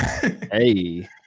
Hey